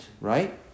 right